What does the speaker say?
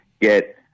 get